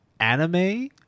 Anime